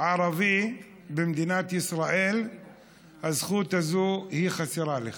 ערבי במדינת ישראל הזכות הזאת חסרה לך.